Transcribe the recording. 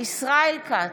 ישראל כץ,